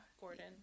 Gordon